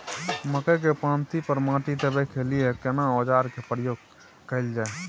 मकई के पाँति पर माटी देबै के लिए केना औजार के प्रयोग कैल जाय?